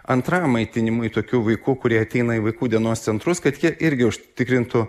antram maitinimui tokių vaikų kurie ateina į vaikų dienos centrus kad jie irgi užtikrintų